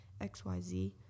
xyz